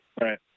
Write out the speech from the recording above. Right